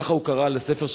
ככה הוא קרא לספר,